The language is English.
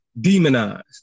demonized